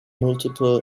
multiple